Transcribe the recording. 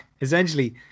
essentially